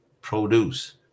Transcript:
produce